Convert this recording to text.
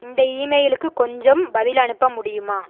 இந்த ஈமெயிலுக்கு கொஞ்சம் பதில் அனுப்ப முடியுமா